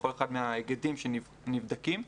בכל אחד מההיגדים שנבדקים,